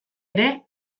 ere